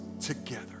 together